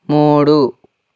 మూడు